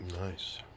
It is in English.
nice